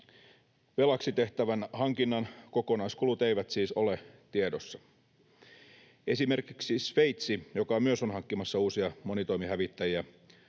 Velaksi tehtävän hankinnan kokonaiskulut eivät siis ole tiedossa. Esimerkiksi Sveitsi, joka myös on hankkimassa uusia monitoimihävittäjiä,